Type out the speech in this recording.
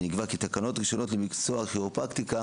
ונקבע כי תקנות ראשונות למקצוע הכירופרקטיקה